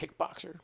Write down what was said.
kickboxer